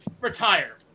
retire